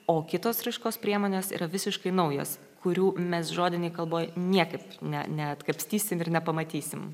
o kitos raiškos priemonės yra visiškai naujos kurių mes žodinėj kalboj niekaip ne neatkapstysim ir nepamatysim